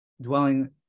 dwelling